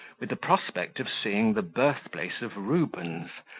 with the prospect of seeing the birthplace of rubens,